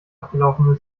abgelaufen